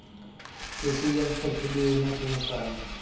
कृषि यंत्र सब्सिडी योजना के कारण?